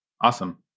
Awesome